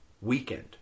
weekend